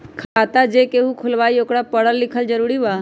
खाता जे केहु खुलवाई ओकरा परल लिखल जरूरी वा?